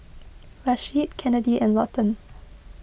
Rasheed Kennedi and Lawton